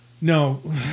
No